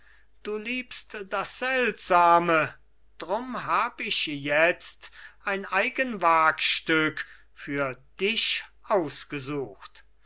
du liebst das seltsame drum hab ich jetzt ein eigen wagstück für dich ausgesucht